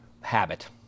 Habit